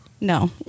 No